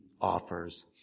offers